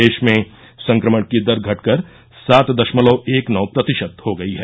देश में संक्रमण की दर घटकर सात दशमलव एक नौ प्रतिशत हो गई है